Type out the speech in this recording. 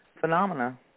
phenomena